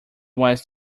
was